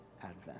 advent